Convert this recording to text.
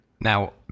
Now